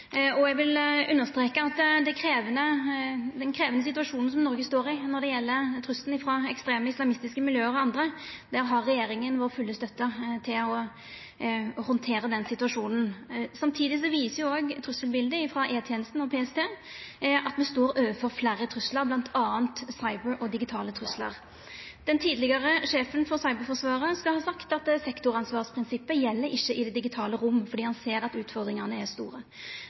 Eg vil understreka at det er ein krevjande situasjon Noreg står i når det gjeld trusselen frå ekstreme islamistiske miljø og andre. Regjeringa har vår fulle støtte til å handtera den situasjonen. Samtidig viser trusselbiletet frå E-tenesta og PST at vi står overfor fleire truslar, bl.a. cybertruslar og digitale truslar. Den tidlegare sjefen for Cyberforsvaret skal ha sagt at sektoransvarsprinsippet ikkje gjeld i det digitale rom, fordi han ser at utfordringane er store.